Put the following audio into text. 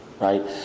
right